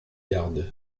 yards